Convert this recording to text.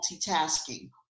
multitasking